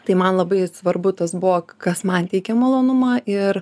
tai man labai svarbu tas buvo kas man teikia malonumą ir